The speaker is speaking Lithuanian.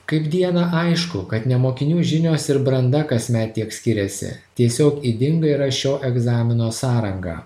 kaip dieną aišku kad ne mokinių žinios ir branda kasmet tiek skiriasi tiesiog ydinga yra šio egzamino sąranga